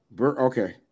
Okay